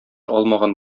алмаган